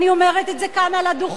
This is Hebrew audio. אני אומרת את זה כאן על הדוכן.